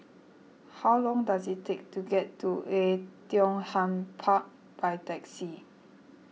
how long does it take to get to Oei Tiong Ham Park by taxi